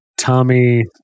Tommy